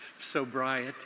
sobriety